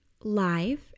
live